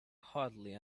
hardly